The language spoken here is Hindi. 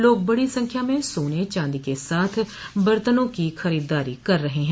लोग बड़ी संख्या में सोने चॉदी के साथ बरतनों को खरीदारी कर रहे हैं